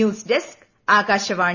news desk Akashvani